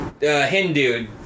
Hindu